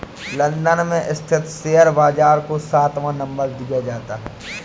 London में स्थित share बाजार को सातवां नम्बर दिया जाता है